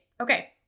Okay